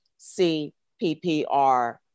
CPPR